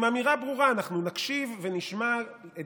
עם אמירה ברורה: אנחנו נקשיב ונשמע את